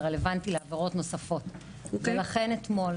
זה רלוונטי גם לעבירות נוספות ולכן אתמול,